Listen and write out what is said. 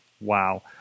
wow